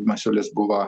masiulis buvo